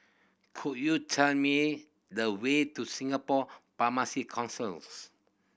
could you tell me the way to Singapore Pharmacy Councils